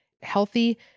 healthy